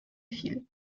file